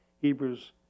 Hebrews